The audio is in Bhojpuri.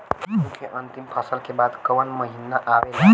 गेहूँ के अंतिम फसल के बाद कवन महीना आवेला?